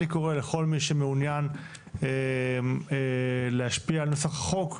אני קורא לכל מי שמעוניין להשפיע על נוסח החוק,